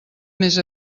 més